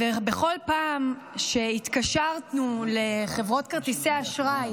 ובכל פעם שהתקשרנו לחברות כרטיסי האשראי